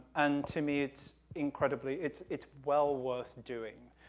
and to me, it's incredibly, it's it's well worth doing.